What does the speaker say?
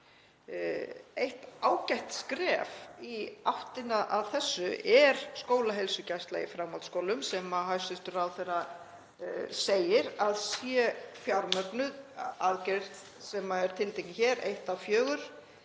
Eitt ágætt skref í áttina að þessu er skólaheilsugæsla í framhaldsskólum sem hæstv. ráðherra segir að sé fjármögnuð aðgerð sem er tiltekin hér, 1.A.4.